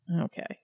Okay